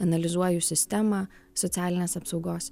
analizuoju sistemą socialinės apsaugos